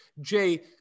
Jay